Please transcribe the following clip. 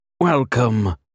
Welcome